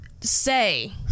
say